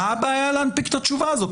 מה הבעיה להנפיק את התשובה הזאת?